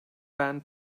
band